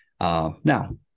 Now